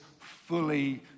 fully